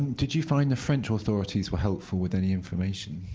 did you find the french authorities were helpful with any information?